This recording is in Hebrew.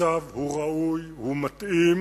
הצו הוא ראוי, הוא מתאים.